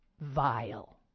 vile